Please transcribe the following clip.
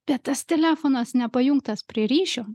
bet tas telefonas nepajungtas prie ryšio